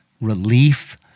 relief